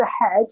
ahead